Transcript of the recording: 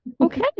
Okay